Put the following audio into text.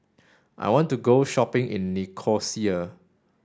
I want to go shopping in Nicosia